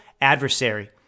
adversary